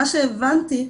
מה שהבנתי,